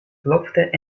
plofte